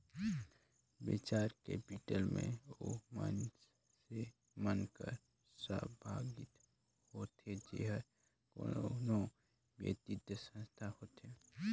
venture capital में ओ मइनसे मन कर सहभागिता होथे जेहर कोनो बित्तीय संस्था होथे